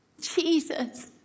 Jesus